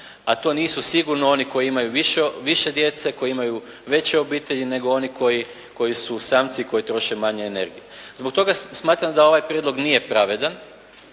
a to nisu sigurno oni koji imaju više djece, koji imaju veće obitelji nego oni koji su samci, koji troše manje energije. Zbog toga smatram da ovaj prijedlog nije pravedan